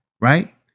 Right